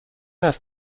است